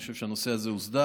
אני חושב שהנושא הזה הוסדר.